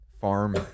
farm